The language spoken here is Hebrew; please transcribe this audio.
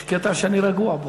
יש קטע שאני רגוע בו.